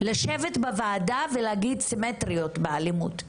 לשבת בוועדה ולהגיד סימטריות באלימות,